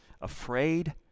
afraid